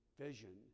vision